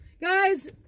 Guys